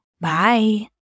bye